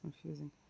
confusing